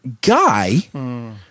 guy